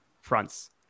fronts